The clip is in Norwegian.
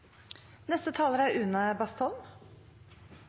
neste taler, som er